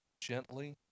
gently